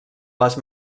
les